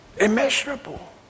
Immeasurable